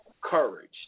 courage